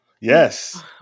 Yes